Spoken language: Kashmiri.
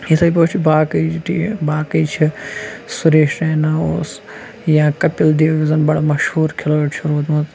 یِتھٕے پٲٹھۍ چھُ باقٕے ٹیٖم باقٕے چھِ سُریش رینا اوس یا کٔپِل دیو یُس زَن بَڑٕ مَشہوٗر کھِلٲڑۍ چھُ روٗدمُت